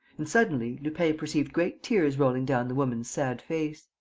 and, suddenly, lupin perceived great tears rolling down the woman's sad face.